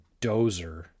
dozer